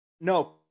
no